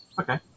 okay